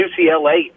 UCLA